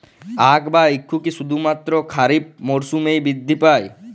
আখ বা ইক্ষু কি শুধুমাত্র খারিফ মরসুমেই বৃদ্ধি পায়?